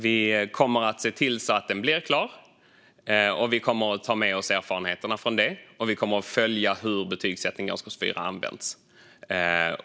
Vi kommer att se till att utvärderingen blir klar, vi kommer att ta med oss erfarenheterna från den och vi kommer att följa hur betygsättning i årskurs 4 används.